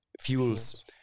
fuels